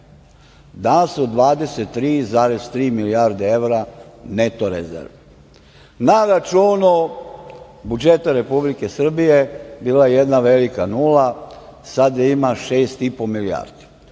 Danas su 23,3 milijarde evra, neto rezerve. Na računu budžeta Republike Srbije bila je jedna velika nula, a sada ima šest i po milijardi.